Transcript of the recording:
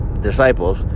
disciples